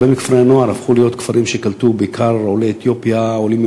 הרבה מכפרי-הנוער הפכו להיות כפרים שקולטים בעיקר עולים מאתיופיה,